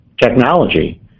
technology